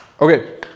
Okay